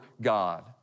God